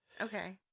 okay